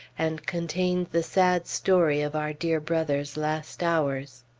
and contained the sad story of our dear brother's last hours.